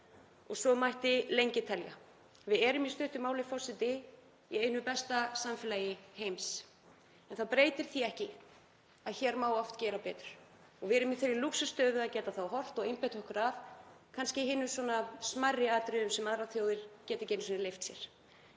og svo mætti lengi telja. Við erum í stuttu máli, forseti, í einu besta samfélagi heims. En það breytir því ekki að hér má oft gera betur og við erum í þeirri lúxusstöðu að geta þá horft og einbeitt okkur að hinum smærri atriðum sem aðrar þjóðir geta ekki einu sinni leyft sér.